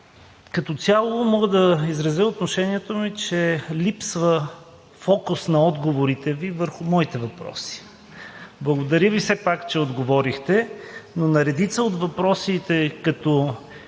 като цяло мога да изразя отношението ми, че липсва фокус на отговорите Ви върху моите въпроси. Благодаря Ви все пак, че отговорихте, но на редица от въпросите като: